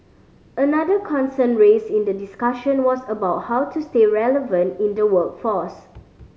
another concern raised in the discussion was about how to stay relevant in the workforce